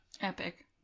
Epic